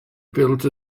built